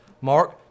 Mark